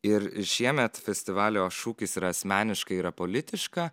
ir šiemet festivalio šūkis yra asmeniška yra politiška